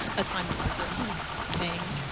a time-to-market thing